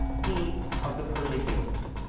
he of the pearly gates.